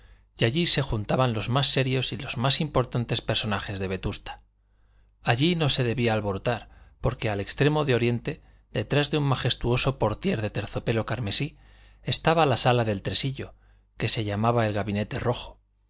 y allí se juntaban los más serios y los más importantes personajes de vetusta allí no se debía alborotar porque al extremo de oriente detrás de un majestuoso portier de terciopelo carmesí estaba la sala del tresillo que se llamaba el gabinete rojo